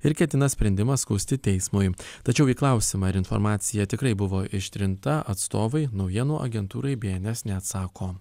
ir ketina sprendimą skųsti teismui tačiau į klausimą ar informacija tikrai buvo ištrinta atstovai naujienų agentūrai bns neatsako